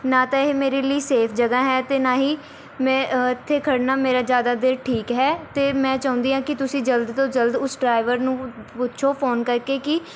ਨਾ ਤਾਂ ਇਹ ਮੇਰੇ ਲਈ ਸੇਫ ਜਗ੍ਹਾ ਹੈ ਅਤੇ ਨਾ ਹੀ ਮੈਂ ਇੱਥੇ ਖੜ੍ਹਨਾ ਮੇਰਾ ਜ਼ਿਆਦਾ ਦੇਰ ਠੀਕ ਹੈ ਅਤੇ ਮੈਂ ਚਾਹੁੰਦੀ ਹਾਂ ਕਿ ਤੁਸੀਂ ਜਲਦ ਤੋਂ ਜਲਦ ਉਸ ਡਰਾਈਵਰ ਨੂੰ ਪੁੱਛੋ ਫੋਨ ਕਰਕੇ ਕਿ